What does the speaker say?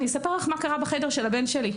אני אספר לך מה קרה בחדר של הבן שלי.